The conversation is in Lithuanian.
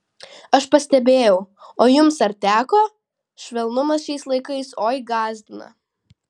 aš pastebėjau o jums ar teko švelnumas šiais laikais oi gąsdina